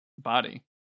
body